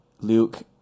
Luke